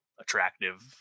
attractive